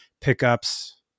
pickups